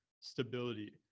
stability